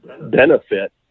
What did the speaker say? benefit